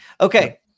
Okay